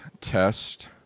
test